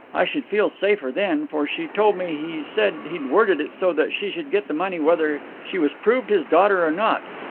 i should feel safer then, for she told me he said he'd worded it so that she should get the money whether she was proved his daughter or not.